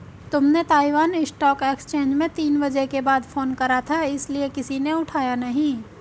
तुमने Taiwan stock exchange में तीन बजे के बाद फोन करा था इसीलिए किसी ने उठाया नहीं